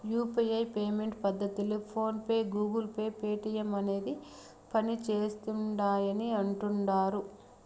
UPI payment పద్దతిలో PhonePe, Google Pay, Paytm అనేవి పనిసేస్తిండాయని అంటుడారు